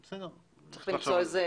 צריך לחשוב על זה.